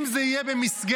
אם זה יהיה במסגרת